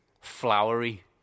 flowery